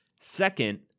Second